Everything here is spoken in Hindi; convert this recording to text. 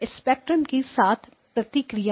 स्पेक्ट्रम की 7 प्रतिकृतियां है